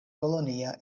kolonia